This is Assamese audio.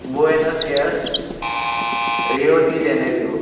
Buenos Aires Rio de Janeiro